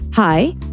Hi